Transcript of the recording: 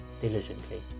diligently